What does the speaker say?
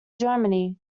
germany